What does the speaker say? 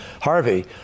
Harvey